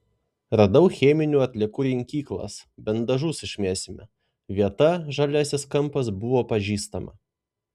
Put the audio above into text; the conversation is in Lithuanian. radau cheminių atliekų rinkyklas bent dažus išmesime vieta žaliasis kampas buvo pažįstama